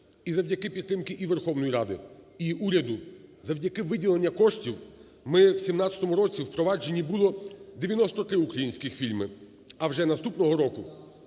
І завдяки підтримки і Верховної Ради, і уряду, завдяки виділенню коштів ми в 2017 році… впроваджено було 93 українських фільми, а вже наступного року